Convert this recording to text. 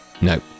No